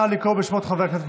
נא לקרוא בשמות חברי הכנסת,